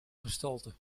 gestalte